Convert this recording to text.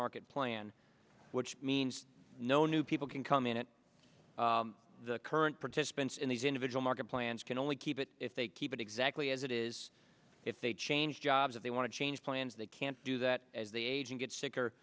market plan which means no new people can come in and the current participants in these individual market plans can only keep it if they keep it exactly as it is if they change jobs if they want to change plans they can't do that as the agent gets sicker